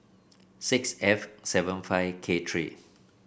six F seven five K three